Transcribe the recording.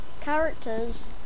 Characters